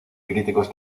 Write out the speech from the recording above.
críticos